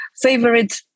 favorite